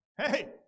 hey